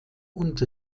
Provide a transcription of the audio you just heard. und